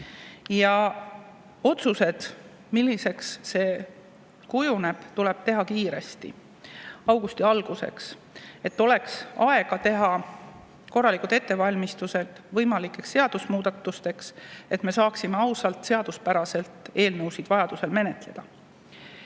Ja otsused, milliseks see kujuneb, tuleb langetada kiiresti, augusti alguseks, et oleks aega teha korralikud ettevalmistused võimalikeks seadusemuudatusteks, et me saaksime neid eelnõusid ausalt, seaduspäraselt menetleda.